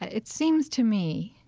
it seems to me,